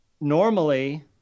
normally